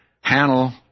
handle